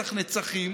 לנצח נצחים,